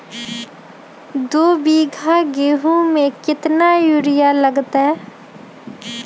दो बीघा गेंहू में केतना यूरिया लगतै?